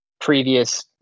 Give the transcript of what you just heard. previous